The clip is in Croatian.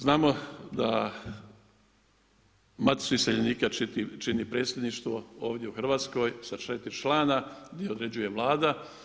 Znamo da Maticu iseljenika čini predsjedništvo ovdje u Hrvatskoj sa četiri člana, gdje određuje Vlada.